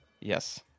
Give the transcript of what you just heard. Yes